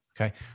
okay